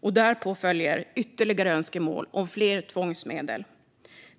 och därpå följer ytterligare önskemål om fler tvångsmedel.